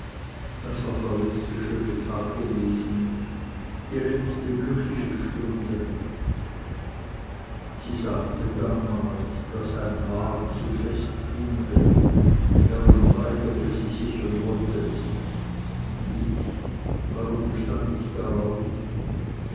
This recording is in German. das war der letzte schöne tag gewesen die letzte glückliche stunde sie sagte damals daß ein haar zu fest binde darum weigerte sie sich und wollt es nicht und ich warum bestand ich darauf